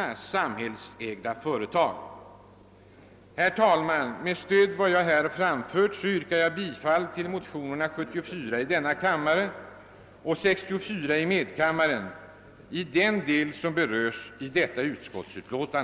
ha samhällsägda företag? Herr talman! Med stöd av vad jag anfört yrkar jag bifall till de likalydande motionerna I:74 och II:64 i den del som berörs i detta utskottsutlåtande.